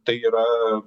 tai yra